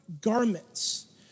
garments